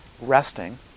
resting